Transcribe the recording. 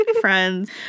friends